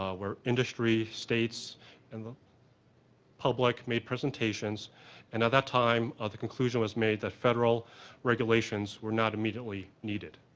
um where industry states and the public made presentations and at that time, ah the conclusion was made that federal regulations were not immediately needed.